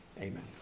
Amen